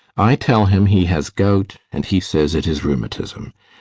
i tell him he has gout, and he says it is rheumatism.